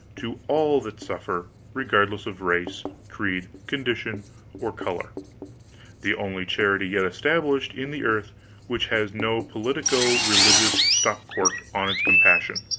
to all that suffer, regardless of race, creed, condition or color the only charity yet established in the earth which has no politico-religious stop cock on its compassion,